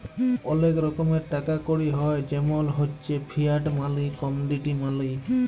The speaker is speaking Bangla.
ওলেক রকমের টাকা কড়ি হ্য় জেমল হচ্যে ফিয়াট মালি, কমডিটি মালি